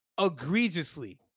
egregiously